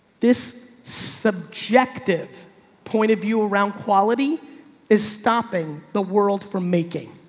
this subjective point of view around quality is stopping the world from making.